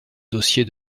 dossier